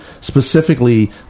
specifically